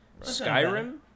skyrim